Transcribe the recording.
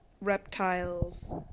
reptiles